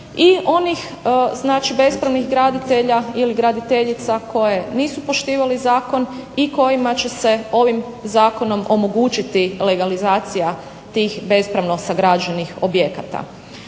znači bespravnih graditelja ili graditeljica koji nisu poštivali zakon i kojima će se ovim Zakonom omogućiti legalizacija tih bespravno sagrađenih objekata.